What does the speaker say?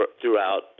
throughout